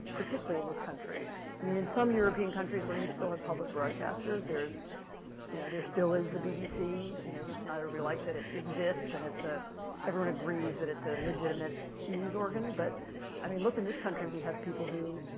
particularly in this country i mean in some european countries where you still have public broadcasters, you know there still is the bbc, you know, if not everybody likes it. it exists, and it's, ah everyone agrees that it's a legitimate news organization. and but i mean look, in this country we have people who,